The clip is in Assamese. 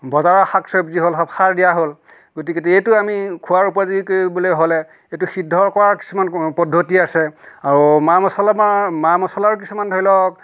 বজাৰৰ শাক চব্জি হ'ল চব সাৰ দিয়া হ'ল গতিকেটো এইটো আমি খোৱাৰ উপযোগী কৰিবলৈ হ'লে এইটো সিদ্ধ কৰাৰ কিছুমান পদ্ধতি আছে আৰু মা মচলা বা মা মচলাৰো কিছুমান ধৰি লওক